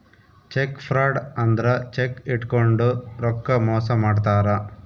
check fraud ಅಂದ್ರ cheque ಇಟ್ಕೊಂಡು ರೊಕ್ಕ ಮೋಸ ಮಾಡ್ತಾರ